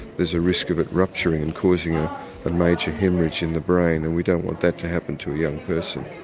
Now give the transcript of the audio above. there's a risk of it rupturing and causing a and major haemorrhage in the brain and we don't want that to happen to a young person.